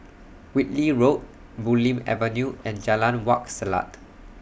Whitley Road Bulim Avenue and Jalan Wak Selat